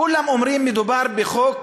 כולם אומרים שמדובר בחוק